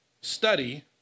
study